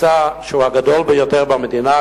מבצע שהוא הגדול ביותר במדינה,